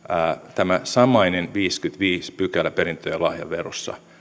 tämä samainen viideskymmenesviides pykälä perintö ja lahjaverossa